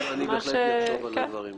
אני בהחלט אחשוב על הדברים האלה.